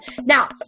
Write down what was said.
Now